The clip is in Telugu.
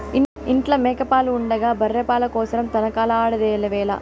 ఇంట్ల మేక పాలు ఉండగా బర్రె పాల కోసరం తనకలాడెదవేల